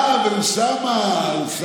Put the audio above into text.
אה, ואוסאמה.